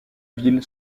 ville